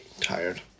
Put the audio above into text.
tired